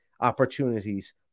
opportunities